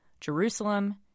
Jerusalem